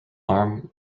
arm